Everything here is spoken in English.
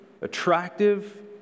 attractive